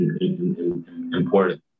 important